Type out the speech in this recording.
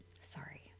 sorry